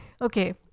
Okay